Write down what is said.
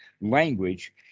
language